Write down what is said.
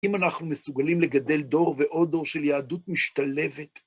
אם אנחנו מסוגלים לגדל דור ועוד דור של יהדות משתלבת.